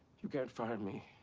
you can't fire me,